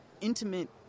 intimate